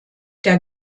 der